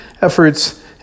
efforts